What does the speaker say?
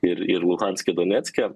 ir ir luhanske donecke